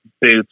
boots